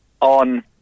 on